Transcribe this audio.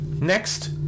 Next